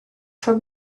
for